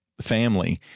family